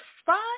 spot